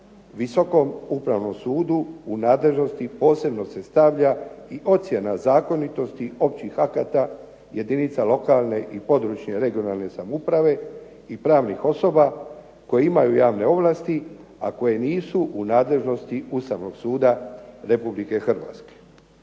Visokom upravnom sudu u nadležnosti posebno se stavlja i ocjena zakonitosti općih akata jedinica lokalne i područne regionalne samouprave i pravnih osoba koje imaju javne ovlasti a koje nisu u nadležnosti Ustavnog suda Republike Hrvatske.